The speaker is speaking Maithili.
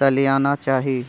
सलियाना चाही